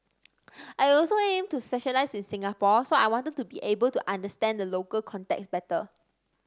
I also aim to specialise in Singapore so I wanted to be able to understand the local context better